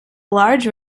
large